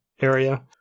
area